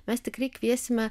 mes tikrai kviesime